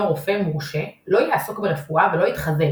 רופא מורשה לא יעסוק ברפואה ולא יתחזה,